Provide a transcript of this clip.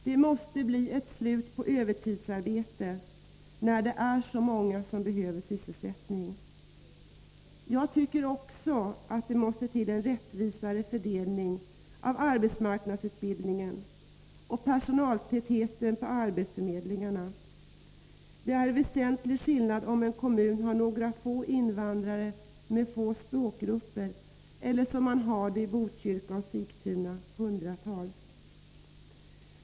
Det måste bli slut på övertidsarbete, när det är så många som behöver sysselsättning. Jag tycker också att det måste till rättvisare fördelning av AMU utbildningen och personaltätheten på arbetsförmedlingarna. Det är en väsentlig skillnad om en kommun har några få invandrare med få språkgrupper eller om man har hundratals som i Botkyrka och Sigtuna.